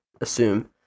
assume